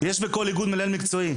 יש בכל איגוד מנהל מקצועי,